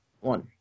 One